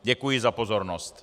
Děkuji za pozornost.